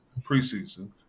preseason